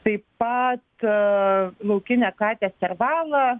taip pat laukinę katę servalą